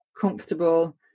comfortable